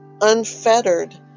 unfettered